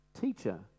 teacher